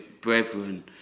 brethren